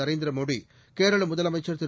நரேந்திர மோடி கேரள முதலமைச்சர் திரு